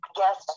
yes